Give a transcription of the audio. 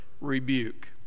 rebuke